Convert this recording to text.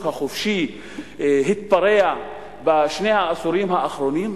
החופשי התפרע בשני העשורים האחרונים,